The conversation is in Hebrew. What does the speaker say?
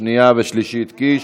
24 בעד, ללא מתנגדים.